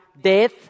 death